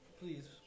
Please